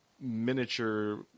miniature